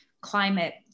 climate